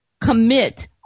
commit